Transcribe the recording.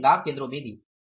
इसलिए लाभ केंद्रों में भी